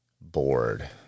bored